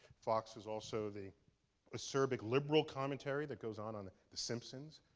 fox is also the acerbic liberal commentary that goes on on the simpsons.